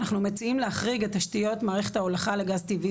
אנחנו מציעים להחריג את תשתיות מערכת ההולכה לגז טבעי